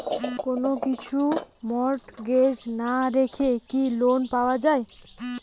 কোন কিছু মর্টগেজ না রেখে কি লোন পাওয়া য়ায়?